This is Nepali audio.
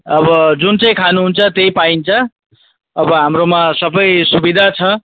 जुन चाहिँ खानुहुन्छ त्यही पाइन्छ अब हाम्रोमा सबै सुविधा छ